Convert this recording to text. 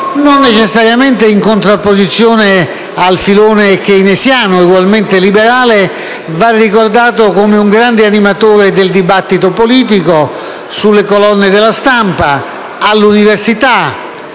non necessariamente in contrapposizione al filone keynesiano, egualmente liberale – va ricordato come un grande animatore del dibattito politico, sulle colonne della Stampa, all’universitae